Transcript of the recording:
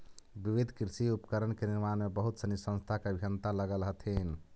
विविध कृषि उपकरण के निर्माण में बहुत सनी संस्था के अभियंता लगल हथिन